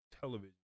television